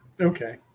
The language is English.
Okay